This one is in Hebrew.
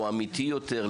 או אמיתי יותר,